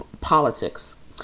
politics